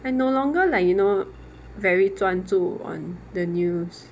I no longer like you know very 专注 on the news